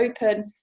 open